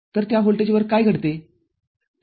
तर त्या व्होल्टेजवर काय घडते